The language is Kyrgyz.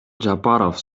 жапаров